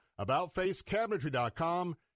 AboutFaceCabinetry.com